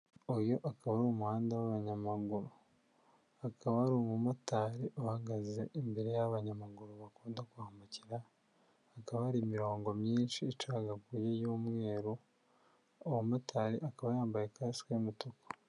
Uyu akaba ari umuhanda w'abanyamaguru, hakaba hari umumotari uhagaze imbere y'aho abanyamaguru bakunda kwambukira, hakaba hari imirongo myinshi icagaguye y'umweru, umumotari akaba yambaye kasike y'umutuku.